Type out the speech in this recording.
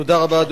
תודה רבה.